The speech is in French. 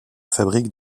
fabrique